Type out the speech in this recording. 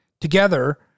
Together